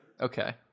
Okay